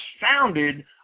founded